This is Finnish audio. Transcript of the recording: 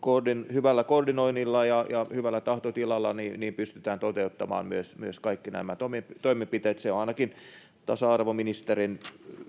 hyvällä koordinoinnilla ja hyvällä tahtotilalla pystytään toteuttamaan myös myös kaikki nämä toimenpiteet se on ainakin tasa arvoministerin